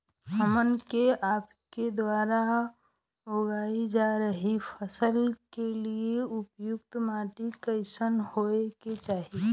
हमन के आपके द्वारा उगाई जा रही फसल के लिए उपयुक्त माटी कईसन होय के चाहीं?